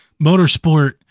Motorsport